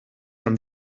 from